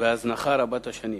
וההזנחה רבת-השנים.